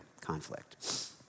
Conflict